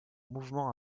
mouvements